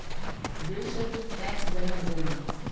ದೇಶದ್ ಟ್ಯಾಕ್ಸ್ ದರ ಅಂದ್ರೇನು?